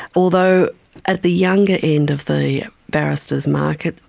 although at the younger end of the barristers market,